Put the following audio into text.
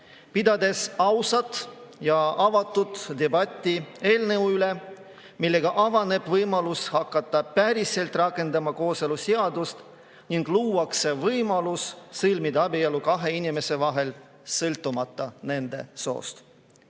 pidades ausat ja avatud debatti eelnõu üle, millega avaneb võimalus hakata päriselt rakendama kooseluseadust ning luuakse võimalus sõlmida abielu kahe inimese vahel sõltumata nende soost.